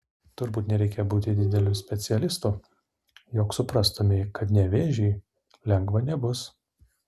turbūt nereikia būti dideliu specialistu jog suprastumei kad nevėžiui lengva nebus